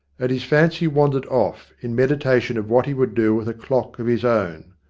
and his fancy wandered off in medita tion of what he would do with a clock of his own.